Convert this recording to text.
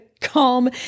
Calm